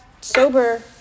sober